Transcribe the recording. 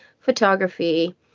photography